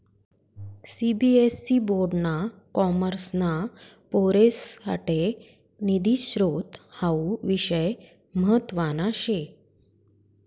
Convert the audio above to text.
CBSE board ना कॉमर्सना पोरेससाठे निधी स्त्रोत हावू विषय म्हतवाना शे